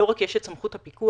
לא רק שיש לה את סמכות הפיקוח,